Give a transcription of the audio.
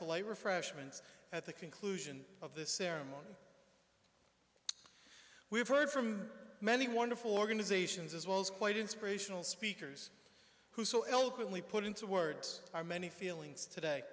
light refreshments at the conclusion of the ceremony we have heard from many wonderful organizations as well as quite inspirational speakers who so eloquently put into words are many feelings today